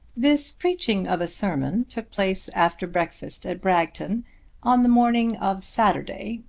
this preaching of a sermon took place after breakfast at bragton on the morning of saturday,